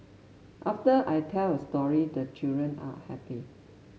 after I tell a story the children are happy